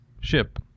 ship